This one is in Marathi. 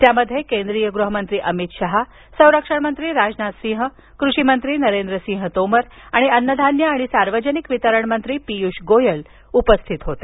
त्यामध्ये केंद्रीय गृहमंत्री अमित शहा संरक्षणमंत्री राजनाथसिंह कृषिमंत्री नरेंद्रसिंह तोमर आणि अन्नधान्य आणि सार्वजनिक वितरण मंत्री पियुष गोयल उपस्थित होते